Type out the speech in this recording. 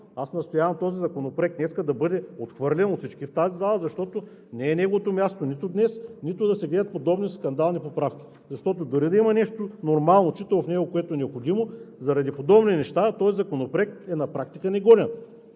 Аз настоявам този законопроект днес да бъде отхвърлен от всички в тази зала, защото не е неговото място нито днес, нито да се гледат подобни скандални поправки. Дори да има нещо нормално, читаво в него, което е необходимо, заради подобни неща този законопроект на практика е негоден